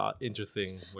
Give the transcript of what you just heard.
interesting